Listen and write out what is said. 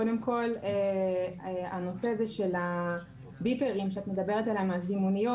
קודם כול הנושא הזה של הזימוניות, שאת מדברת עליו,